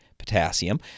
Potassium